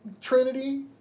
Trinity